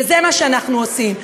וזה מה שאנחנו עושים.